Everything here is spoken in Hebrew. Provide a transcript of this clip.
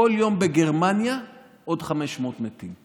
כל יום היו בגרמניה עוד 500 מתים.